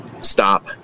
stop